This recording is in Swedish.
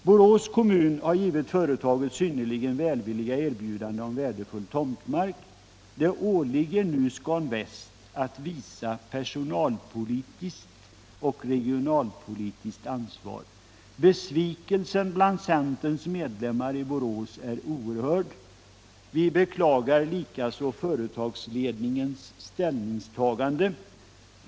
Borås kommun har givit företaget synnerligen välvilliga erbjudanden om värdefull tomtmark. Det åligger nu Scan Väst att visa personalpolitiskt och regionalpolitiskt ansvar. Besvikelsen bland Centerns medlemmar i Borås är oerhörd. Vi beklagar likaså företagsledningens ställningstagande.